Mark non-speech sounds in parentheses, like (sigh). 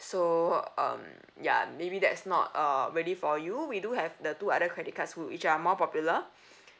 so um ya maybe that's not uh really for you we do have the two other credit cards which are more popular (breath)